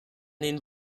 den